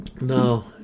No